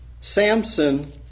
Samson